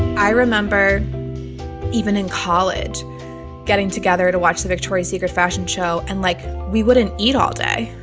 i remember even in college getting together to watch the victoria's secret fashion show and like, we wouldn't eat all day.